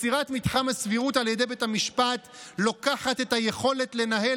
"יצירת מתחם הסבירות על ידי בית המשפט לוקחת את היכולת לנהל